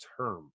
term